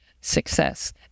success